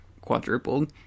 quadrupled